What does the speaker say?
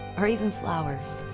or even flowers,